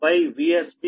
ase